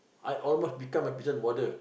I almost become a prison warden